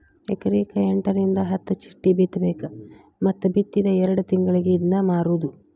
ಎಕರೆಕ ಎಂಟರಿಂದ ಹತ್ತ ಚಿಟ್ಟಿ ಬಿತ್ತಬೇಕ ಮತ್ತ ಬಿತ್ತಿದ ಎರ್ಡ್ ತಿಂಗಳಿಗೆ ಇದ್ನಾ ಮಾರುದು